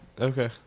Okay